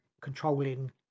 controlling